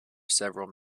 several